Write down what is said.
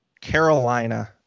Carolina